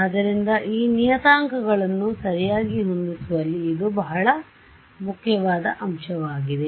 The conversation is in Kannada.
ಆದ್ದರಿಂದ ಈ ನಿಯತಾಂಕಗಳನ್ನು ಸರಿಯಾಗಿ ಹೊಂದಿಸುವಲ್ಲಿ ಇದು ಬಹಳ ಮುಖ್ಯವಾದ ಅಂಶವಾಗಿದೆ